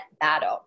battle